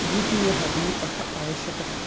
द्वितीयः दीपः अवश्यकः